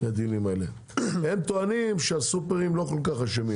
הם טוענים שהסופרים לא כל כך אשמים,